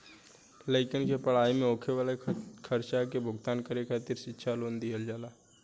लइकन के पढ़ाई में होखे वाला खर्चा के भुगतान करे खातिर शिक्षा लोन दिहल जाला